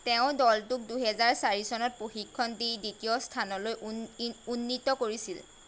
তেওঁ দলটোক দুহেজাৰ চাৰি চনত প্ৰশিক্ষণ দি দ্বিতীয় স্থানলৈ উন ইন উন্নীত কৰিছিল